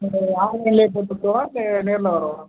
உங்களுக்கு ஆன்லைனிலயே போட்டு விட்றவா இல்லை நேரில் வரவா